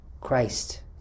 Christ